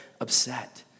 upset